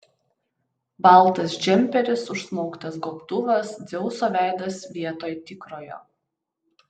baltas džemperis užsmauktas gobtuvas dzeuso veidas vietoj tikrojo